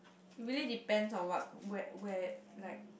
it really depends on what where where like